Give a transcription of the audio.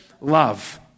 love